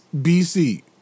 BC